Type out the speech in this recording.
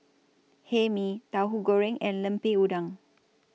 Hae Mee Tauhu Goreng and Lemper Udang